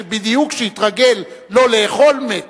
בדיוק כשהתרגל לא לאכול, מת.